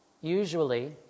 Usually